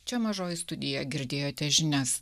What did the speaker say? čia mažoji studija girdėjote žinias